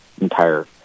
entire